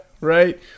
right